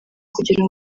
kugira